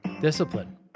Discipline